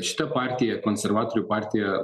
šita partija konservatorių partija